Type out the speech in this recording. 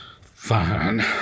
fine